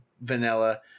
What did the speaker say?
vanilla